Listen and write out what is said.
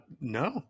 no